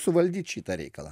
suvaldyt šitą reikalą